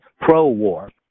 pro-war